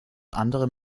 andere